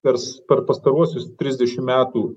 pers per pastaruosius trisdešim metų